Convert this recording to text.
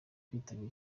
kwitabira